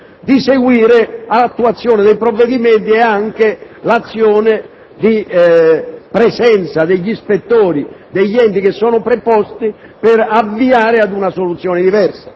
di seguire l'attuazione dei provvedimenti e anche l'azione di presenza degli ispettori degli enti preposti per avviare una soluzione diversa.